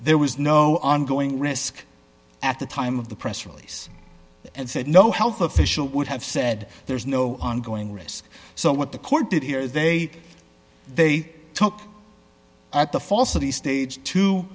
there was no ongoing risk at the time of the press release and said no health official would have said there's no ongoing risk so what the court did here is they they took at the